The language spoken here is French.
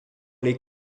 les